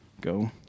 Go